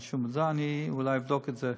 אני אולי אבדוק את זה,